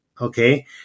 okay